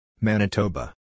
Manitoba